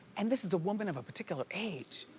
and this is a woman of a particular age.